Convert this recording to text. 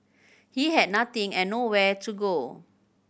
he had nothing and nowhere to go